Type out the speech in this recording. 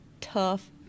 tough